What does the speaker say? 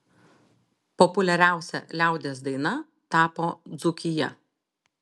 populiariausia liaudies daina tapo dzūkija